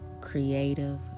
creative